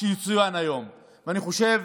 ואני חושב,